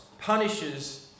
punishes